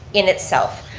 in itself.